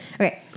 okay